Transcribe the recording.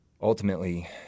ultimately